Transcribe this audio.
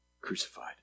crucified